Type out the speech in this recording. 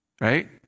right